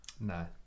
No